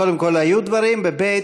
קודם כול, היו דברים, וב.